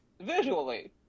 visually